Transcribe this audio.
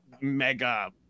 mega